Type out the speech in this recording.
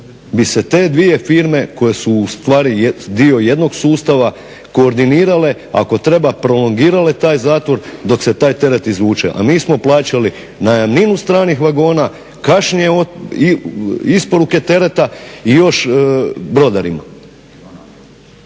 bi se te dvije firme koje su u stvari dio jednog sustava koordinirale ako treba prolongirale taj zatvor dok se taj teret izvuče. A mi smo plaćali najamninu stranih vagona, kašnjenje isporuke tereta i još brodarima.